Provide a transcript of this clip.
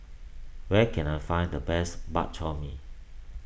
where can I find the best Bak Chor Mee